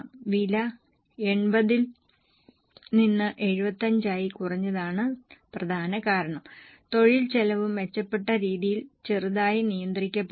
വില 80 ൽ നിന്ന് 75 ആയി കുറഞ്ഞതാണ് പ്രധാന കാരണം തൊഴിൽ ചെലവ് മെച്ചപ്പെട്ട രീതിയിൽ ചെറുതായി നിയന്ത്രിക്കപ്പെടുന്നു